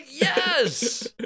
Yes